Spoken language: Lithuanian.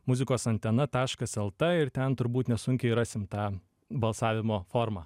muzikos antena taškas el t ir ten turbūt nesunkiai rasim tą balsavimo formą